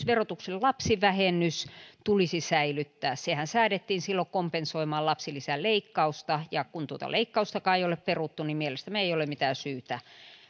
verotuksen lapsivähennys tulisi säilyttää sehän säädettiin silloin kompensoimaan lapsilisäleikkausta ja kun tuota leikkaustakaan ei ole peruttu niin mielestämme ei ole mitään syytä